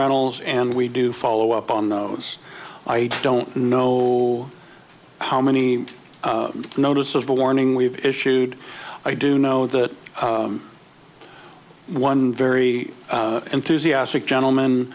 rentals and we do follow up on those i don't know how many notices warning we've issued i do know that one very enthusiastic gentleman